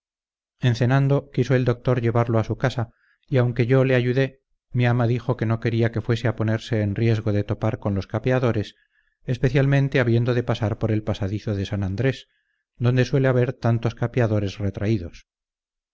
en cenando quiso el doctor llevarlo a su casa y aunque yo le ayudé mi ama dijo que no quería que fuese a ponerse en riesgo de topar con los capeadores especialmente habiendo de pasar por el pasadizo de san andrés donde suele haber tantos capeadores retraídos